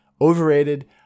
Overrated